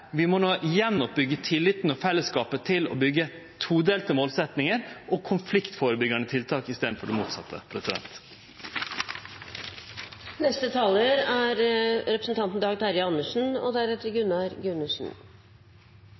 Vi må no gjenoppbyggje tilliten og fellesskapet til å byggje todelte målsetjingar og konfliktførebyggjande tiltak i staden for det motsette.